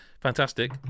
fantastic